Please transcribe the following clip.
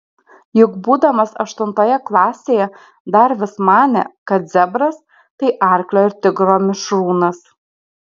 juk būdamas aštuntoje klasėje dar vis manė kad zebras tai arklio ir tigro mišrūnas